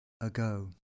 ago